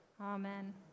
Amen